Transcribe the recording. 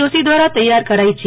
દોશી દ્રારા તૈયાર કરાઈ છે